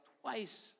twice